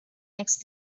next